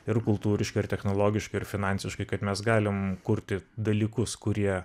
ir kultūriškai ir technologiškai ir finansiškai kad mes galim kurti dalykus kurie